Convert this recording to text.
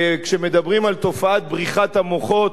וכשמדברים על תופעת בריחת המוחות,